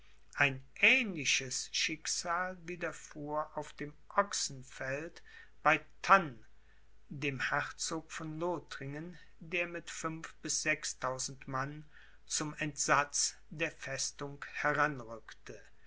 ein ähnliches schicksal widerfuhr auf dem ochsenfeld bei thann dem herzog von lothringen der mit fünf bis sechstausend mann zum entsatz der festung